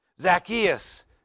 Zacchaeus